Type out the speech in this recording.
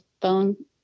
phone